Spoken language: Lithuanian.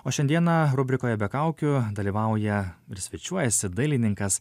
o šiandieną rubrikoje be kaukių dalyvauja ir svečiuojasi dailininkas